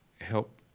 help